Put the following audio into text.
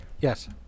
Yes